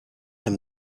him